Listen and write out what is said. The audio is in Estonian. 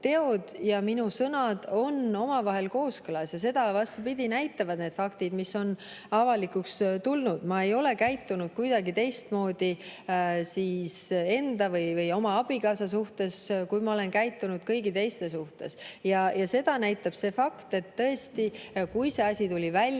ja minu sõnad on omavahel kooskõlas ja seda, vastupidi, näitavad need faktid, mis on avalikuks tulnud. Ma ei ole käitunud kuidagi teistmoodi enda või oma abikaasa suhtes, kui ma olen käitunud kõigi teiste suhtes. Seda näitab see fakt, et tõesti, kui see asi tuli välja,